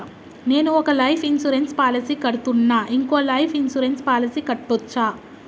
నేను ఒక life insurance policy కడ్తున్నా, ఇంకో లైఫ్ ఇన్సూరెన్స్ పాలసీ కట్టొచ్చా?